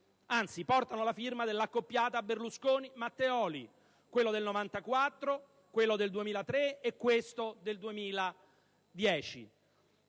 anzi portano la firma dell'accoppiata Berlusconi-Matteoli: quella del 1994, quella del 2003 e questa del 2010.